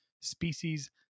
Species